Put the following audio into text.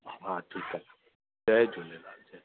हा ठीकु आहे जय झूलेलाल